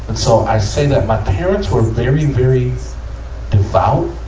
so i say that my parents were very, very and devout.